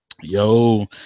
Yo